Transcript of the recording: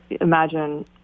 imagine